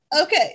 Okay